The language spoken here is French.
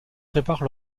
préparent